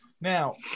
Now